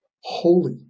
holy